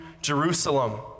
Jerusalem